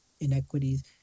inequities